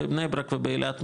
בבני ברק ובאלעד,